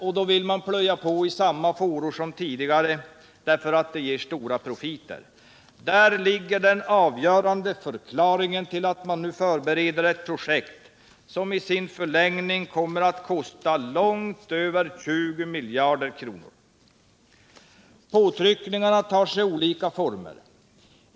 Man vill plöja på i samma fåror som tidigare därför att det ger stora profiter. Där ligger den avgörande förklaringen till att man nu förbereder ett projekt som i sin förlängning kommer att kosta långt över 20 miljarder kronor. Påtryckningarna tar sig olika former.